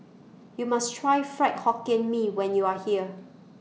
YOU must Try Fried Hokkien Mee when YOU Are here